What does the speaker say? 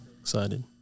Excited